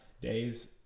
days